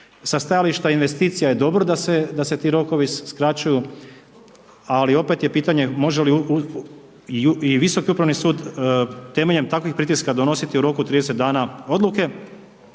Sa stajališta investicija je dobro da se ti rokovi skraćuju, ali opet je pitanje, može li i Visoki upravni sud temeljem takvim pritiska donositi u roku 30 dana odluke